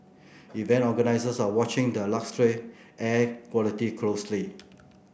event organisers are watching the lacklustre air quality closely